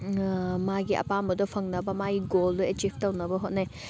ꯃꯥꯒꯤ ꯑꯄꯥꯝꯕꯗꯣ ꯐꯪꯅꯕ ꯃꯥꯒꯤ ꯒꯣꯜꯗꯣ ꯑꯦꯆꯤꯞ ꯇꯧꯅꯕ ꯍꯣꯠꯅꯩ